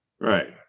Right